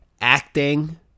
acting